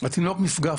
לנצח.